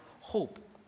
hope